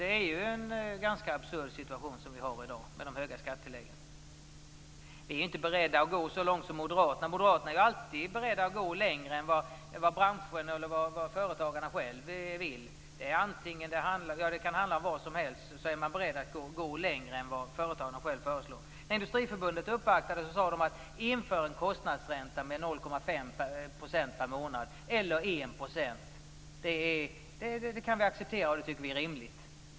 Det är ju en ganska absurd situation som vi har i dag med de höga skattetilläggen. Vi är inte beredda att gå så långt som Moderaterna. Moderaterna är ju alltid beredda att gå längre än vad branscher och företagare själva vill. Det kan handla om vad som helst - man är beredda att gå längre än vad företagarna själva föreslår. När Industriförbundet uppvaktade sade de: Inför en kostnadsränta på 0,5 % eller 1 % per månad! Det kan vi acceptera, och det tycker vi är rimligt.